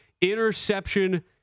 Interception